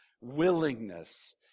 willingness